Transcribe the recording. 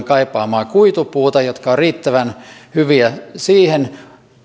kaipaamaa kuitupuuta jotka ovat riittävän hyviä siihen